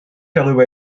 darüber